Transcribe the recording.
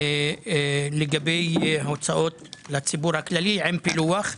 לגבי הוצאות לציבור הכללי עם פילוח.